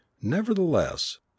nevertheless